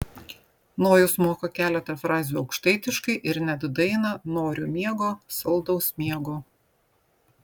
nojus moka keletą frazių aukštaitiškai ir net dainą noriu miego saldaus miego